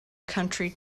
country